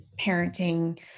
parenting